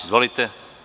Izvolite.